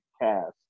cast